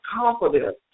confidence